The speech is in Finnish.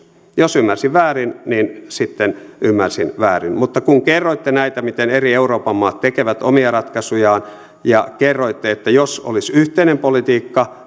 jos ymmärsin väärin niin sitten ymmärsin väärin mutta kun kerroitte näitä miten eri euroopan maat tekevät omia ratkaisujaan ja kerroitte että jos olisi yhteinen politiikka